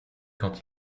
quand